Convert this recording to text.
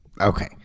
Okay